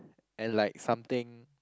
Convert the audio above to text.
and like something